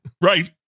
right